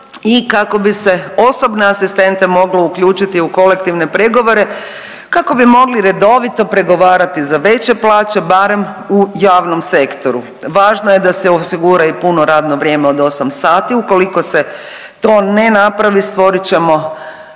i kako bi se osobne asistente moglo uključiti u kolektivne pregovore kako bi mogli redovito pregovarati za veće plaće barem u javnom sektoru. Važno je da se osigura i puno radno vrijeme od 8 sati. Ukoliko se to ne napravi stvorit ćemo